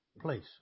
place